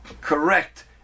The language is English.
correct